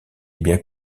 bien